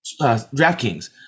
DraftKings